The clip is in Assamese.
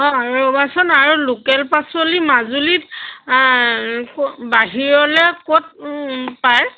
অঁ ৰ'বাচোন আৰু লোকেল পাচলি মাজুলীত বাহিৰলৈ ক'ত পায়